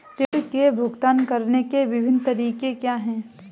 ऋृण के भुगतान करने के विभिन्न तरीके क्या हैं?